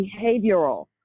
behavioral